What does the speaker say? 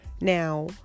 Now